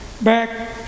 back